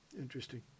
Interesting